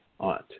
Aunt